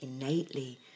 innately